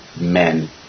men